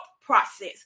process